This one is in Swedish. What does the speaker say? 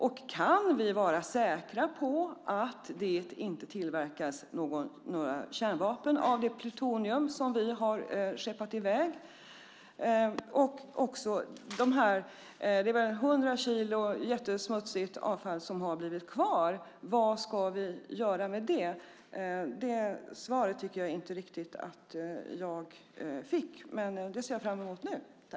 Och kan vi vara säkra på att det inte tillverkas några kärnvapen av det plutonium som vi har skeppat i väg? Det är väl 100 kilo jättesmutsigt avfall som har blivit kvar. Vad ska vi göra med det? Det svaret tycker jag inte riktigt att jag fick, men jag ser fram emot det nu.